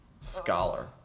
Scholar